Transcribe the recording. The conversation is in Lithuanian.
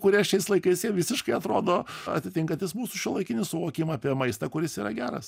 kurie šiais laikais jie visiškai atrodo atitinkantis mūsų šiuolaikinį suvokimą apie maistą kuris yra geras